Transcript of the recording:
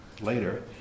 later